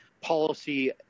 policy